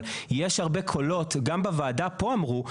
אבל יש הרבה קולות, גם בוועדה פה אמרו,